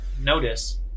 notice